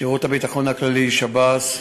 שירות הביטחון הכללי, שב"ס.